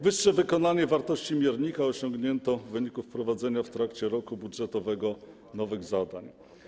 Wyższe wykonanie wartości miernika osiągnięto w wyniku wprowadzenia w trakcie roku budżetowego nowych zadań.